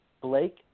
Blake